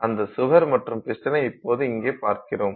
அந்த சுவர் மற்றும் பிஸ்டனை இப்போது இங்கே பார்க்கிறோம்